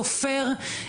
סופר,